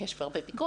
יש בו הרבה פיקוח,